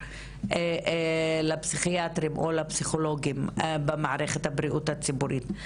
לפסיכיאטרים או לפסיכולוגים במערכת הבריאות הציבורית.